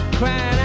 crying